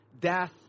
death